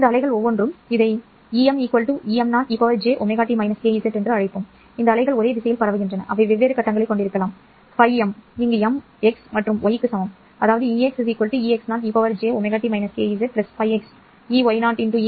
இந்த அலைகள் ஒவ்வொன்றும் இதை Em Eom ej ωt kz என்று அழைப்போம் இந்த அலைகள் ஒரே திசையில் பரவுகின்றன அவை வெவ்வேறு கட்டங்களைக் கொண்டிருக்கலாம் φm இங்கு m x மற்றும் y க்கு சமம் அதாவது ExEox ej ωt kzφx Eoy ejωt kzφy